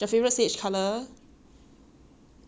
!aiya! gonna burn sage next time